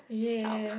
stop